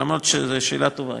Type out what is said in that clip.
למרות שזאת שאלה טובה.